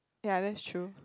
ya thats true